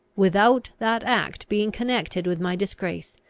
without that act being connected with my disgrace,